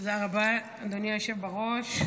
תודה רבה, אדוני היושב בראש.